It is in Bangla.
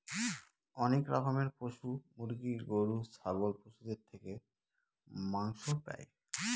অনেক রকমের পশু মুরগি, গরু, ছাগল পশুদের থেকে মাংস পাই